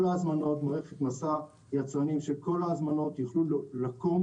כל ההזמנות, יצרנים של כל ההזמנות יוכלו לקום